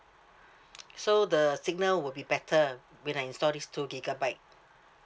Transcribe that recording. so the signal would be better when I install this two gigabyte